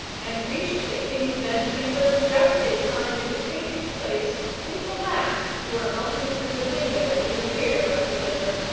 and reached the king's bed-chamber just in time to take his place with the last who were melting through the window in the rear of the litter,